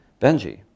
Benji